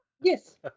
Yes